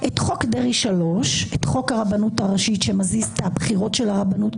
את חוק דרעי 3; את חוק הרבנות הראשית שמזיז את הבחירות של הרבנות,